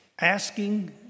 Asking